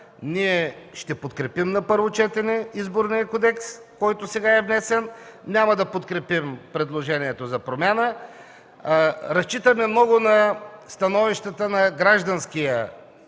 ние ще подкрепим на първо четене Изборния кодекс, който сега е внесен, няма да подкрепим предложението за промяна. Разчитаме много на становищата на гражданския